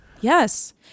yes